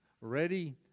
Ready